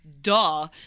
Duh